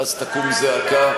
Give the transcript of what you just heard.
ואז תקום זעקה,